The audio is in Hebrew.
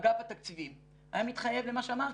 אגף התקציבים היה מתחייב למה שאמרתי,